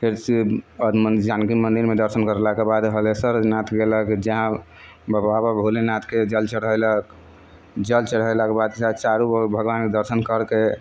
फेरसँ जानकी मन्दिरमे दर्शन करलाके बाद हलेश्वर नाथ गेलक जहाँ बाबा भोलेनाथके जल चढ़ैलक जल चढ़ेलाके बाद चारूओर भगवानके दर्शन करिके